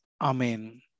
Amen